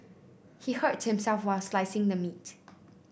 he hurt himself while slicing the meat